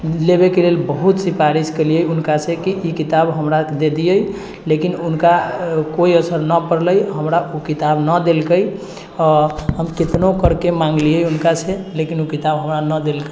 लेबैके लेल बहुत सिफारिश केलिए हुनकासँ कि ई किताब हमरा दै दिए लेकिन हुनका कोइ असर नहि पड़लै हमरा ओ किताब नहि देलकै हम कितनो करिके माँगलिए हुनकासँ लेकिन ओ किताब हमरा नहि देलकै